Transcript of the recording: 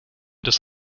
des